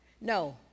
No